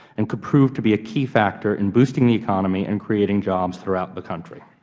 and could prove to be a key factor in boosting the economy and creating jobs throughout the country.